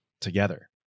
together